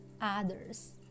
others